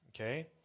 Okay